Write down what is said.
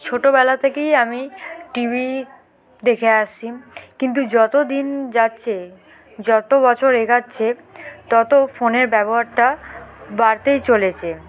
ছোটোবেলা থেকেই আমি টিভি দেখে আসছি কিন্তু যত দিন যাচ্ছে যত বছর এগোচ্ছে তত ফোনের ব্যবহারটা বাড়তেই চলেছে